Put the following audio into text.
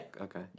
Okay